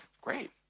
great